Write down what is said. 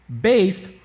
Based